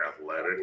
athletic